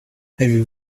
avez